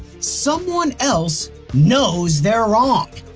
someone else knows they're wrong.